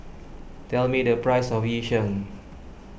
tell me the price of Yu Sheng